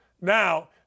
Now